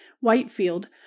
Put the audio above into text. Whitefield